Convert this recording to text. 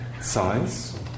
size